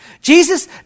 Jesus